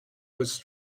was